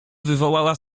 wywołała